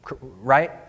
Right